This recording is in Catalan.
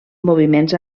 moviments